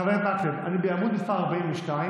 חבר הכנסת מקלב, אני בעמ' מס' 42,